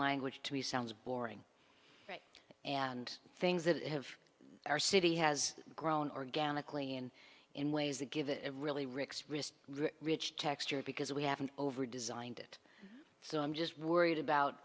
language to me sounds boring right and things that have our city has grown organically and in ways that give it a really rick's wrist rich texture because we haven't over designed it so i'm just worried about